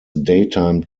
daytime